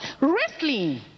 wrestling